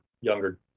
younger